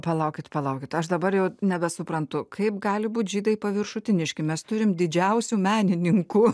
palaukit palaukit aš dabar jau nebesuprantu kaip gali būt žydai paviršutiniški mes turim didžiausių menininkų